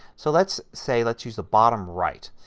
so let's say let's use the bottom right.